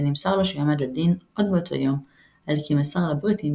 ונמסר לו שיועמד לדין עוד באותו יום על כי מסר לבריטים,